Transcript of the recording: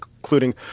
including